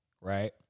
right